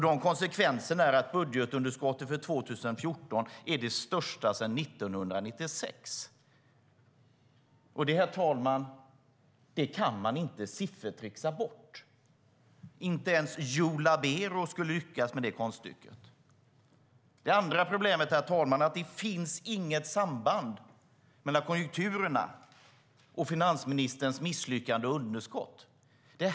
De konsekvenserna är att budgetunderskottet för 2014 är det största sedan 1996. Och det kan man inte siffertricksa bort, herr talman. Inte ens Joe Labero skulle kunna lyckas med det konststycket. Ett annat problem är att det inte finns något samband mellan konjunkturerna och finansministerns misslyckande vad gäller underskottet.